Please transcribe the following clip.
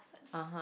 (uh huh)